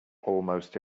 almost